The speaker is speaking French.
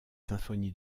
symphonies